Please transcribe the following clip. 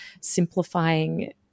simplifying